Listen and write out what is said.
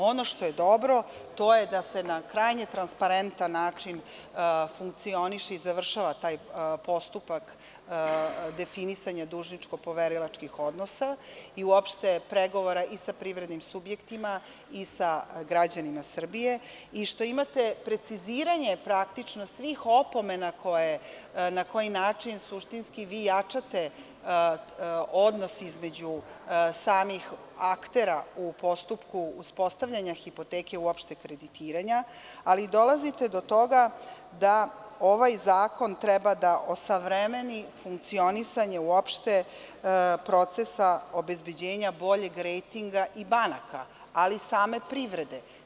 Ono što je dobro, to je da na krajnje transparentan način funkcioniše i završava taj postupak definisanja dužničko-poverilačkih odnosa i uopšte pregovora i sa privrednim subjektima i sa građanima Srbije i što imate preciziranje svih opomena na koji način suštinski vi jačate odnos između samih aktera u postupku uspostavljanja hipoteke, uopšte kreditiranja, ali dolazite do toga da ovaj zakon treba da osavremeni funkcionisanje uopšte procesa obezbeđenja boljeg rejtinga i banaka, ali i same privrede.